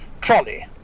trolley